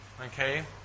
Okay